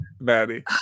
Maddie